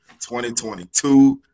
2022